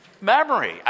Memory